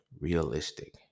realistic